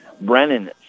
Brennan